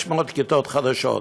כ-600 כיתות חדשות,